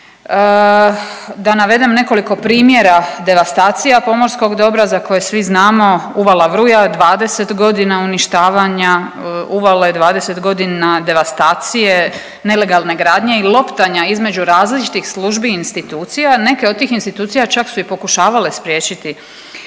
Da navedem nekoliko primjera devastacija pomorskog dobra za koje svi znamo, uvala Vruja 20.g. uništavanja uvale, 20.g. devastacije, nelegalne gradnje i loptanja između različitih službi i institucija, neke od tih institucija čak su i pokušavale spriječiti